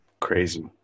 crazy